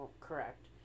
Correct